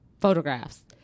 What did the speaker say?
photographs